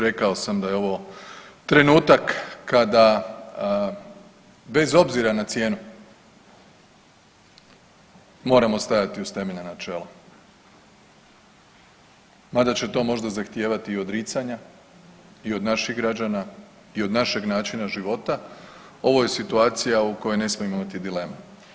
Rekao sam da je ovo trenutak kada bez obzira na cijenu moramo stajati uz temeljna načela mada će to možda zahtijevati i odricanja i od naših građana i od našeg načina života, ovo je situacija u kojoj ne smijemo imati dileme.